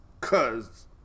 cause